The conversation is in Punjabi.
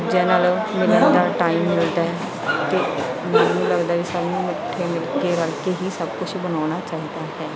ਦੂਜਿਆਂ ਨਾਲ ਮਿਲਣ ਦਾ ਟਾਈਮ ਮਿਲਦਾ ਹੈ ਕਿ ਵਧੀਆ ਲੱਗਦਾ ਵੀ ਸਭ ਨੂੰ ਮਿੱਠੇ ਬਣ ਕੇ ਰਲ ਕੇ ਹੀ ਸਭ ਕੁਛ ਬਣਾਉਣਾ ਚਾਹੀਦਾ ਹੈ